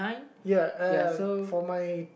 ya uh for my